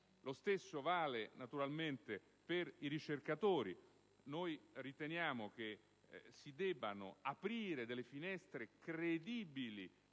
Lo stesso vale, naturalmente, per i ricercatori. Noi riteniamo che si debbano aprire delle finestre credibili